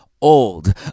Old